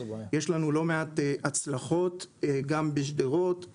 יש לנו לא מעט הצלחות גם בשדרות,